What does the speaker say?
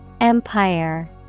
Empire